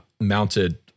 mounted